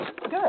Good